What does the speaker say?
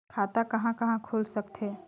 खाता कहा कहा खुल सकथे?